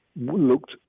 looked